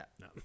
No